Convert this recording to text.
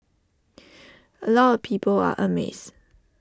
A lot of people are amazed